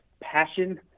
passion